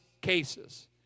cases